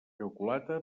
xocolata